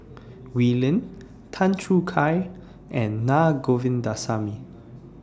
Wee Lin Tan Choo Kai and Naa Govindasamy